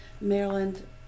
Maryland